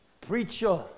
preacher